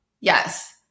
yes